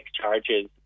charges